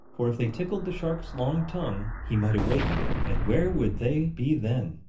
for if they tickled the shark's long tongue he might awaken and where would they be then?